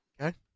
Okay